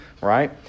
right